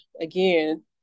again